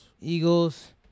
Eagles